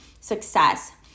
success